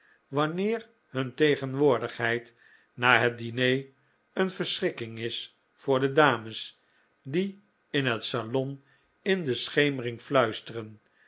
wanneer hun tegenwoordigheid na het diner een verschrikking is voor de dames die in het salon in de schemering fluisteren